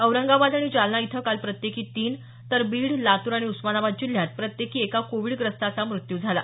औरंगाबाद आणि जालना इथं काल प्रत्येकी तीन तर बीड लातूर आणि उस्मानाबाद जिल्ह्यात प्रत्येकी एका कोविडग्रस्ताचा मृत्यू झाला